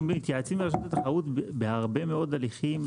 אנחנו מתייעצים ברשות התחרות בהרבה מאוד הליכים.